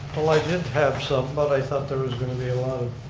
like did have some but i thought there was going to be a